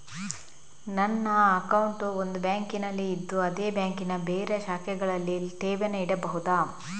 ನನ್ನ ಅಕೌಂಟ್ ಒಂದು ಬ್ಯಾಂಕಿನಲ್ಲಿ ಇದ್ದು ಅದೇ ಬ್ಯಾಂಕಿನ ಬೇರೆ ಶಾಖೆಗಳಲ್ಲಿ ಠೇವಣಿ ಇಡಬಹುದಾ?